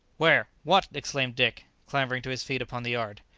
where? what? exclaimed dick, clambering to his feet upon the yard.